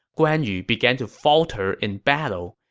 guan yu began to falter in battle.